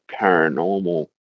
paranormal